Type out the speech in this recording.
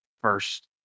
first